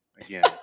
again